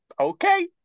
okay